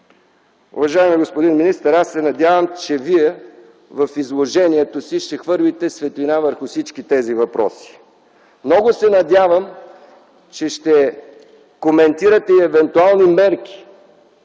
Уважаеми господин министър, аз се надявам, че Вие в изложението си ще хвърлите светлина върху всички тези въпроси. Много се надявам, че ще коментирате и евентуални мерки